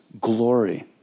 glory